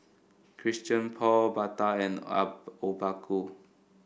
Christian Paul Bata and Obaku